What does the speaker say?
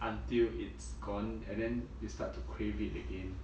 until it's gone and then you start to crave it again